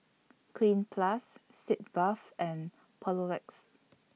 Cleanz Plus Sitz Bath and Papulex